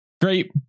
great